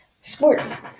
sports